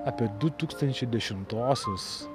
apie du tūkstančiai dešimtuosius